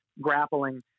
grappling